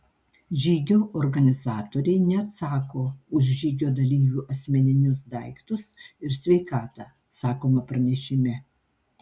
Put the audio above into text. žygio organizatoriai neatsako už žygio dalyvių asmeninius daiktus ir sveikatą sakoma pranešime